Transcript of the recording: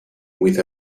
with